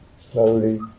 slowly